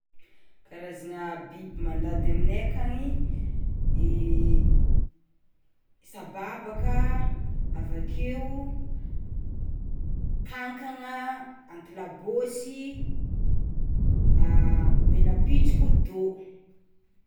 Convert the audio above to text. Karazagna biby mandady aminay akagny:sababaka, avakeo, kakagna, antilabôsy, megnapitsoky, dô.